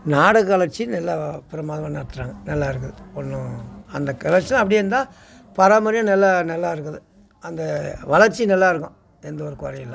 நாடக நிகழ்ச்சி நல்லா பிரமாதமாக நடத்துகிறாங்க நல்லா இருக்குது ஒன்றும் அந்த கலெக்ஷன் அப்படியே இருந்தால் பராம்பரியா நல்லா நல்லா இருக்குது அந்த வளர்ச்சி நல்லா இருக்கும் எந்த ஒரு குறையும் இல்லை